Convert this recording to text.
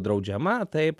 draudžiama taip